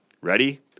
Ready